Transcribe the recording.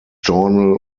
journal